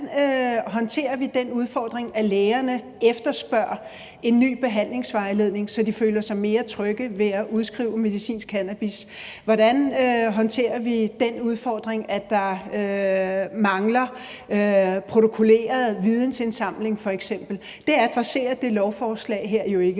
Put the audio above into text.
Hvordan håndterer vi den udfordring, at lægerne efterspørger en ny behandlingsvejledning, så de føler sig mere trygge ved at udskrive medicinsk cannabis? Hvordan håndterer vi den udfordring, at der f.eks. mangler protokolleret vidensindsamling? Det adresserer det her lovforslag jo ikke.